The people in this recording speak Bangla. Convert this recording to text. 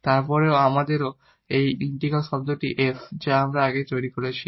তারপরে আমাদেরও এই ইন্টিগ্রাল শব্দটি f যা আমরা আগে তৈরি করেছি